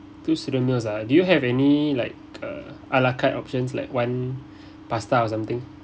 two cylinders ah do you have any like uh ala carte options like one pasta or something